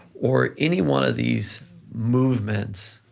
or any one of these movements